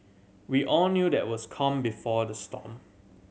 we all knew that was the calm before the storm